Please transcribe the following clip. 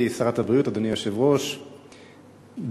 אדוני היושב-ראש,